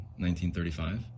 1935